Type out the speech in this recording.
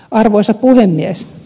arvoisa puhemies